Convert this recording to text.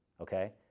okay